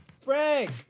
Frank